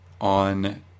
on